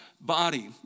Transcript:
body